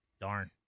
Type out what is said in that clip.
darn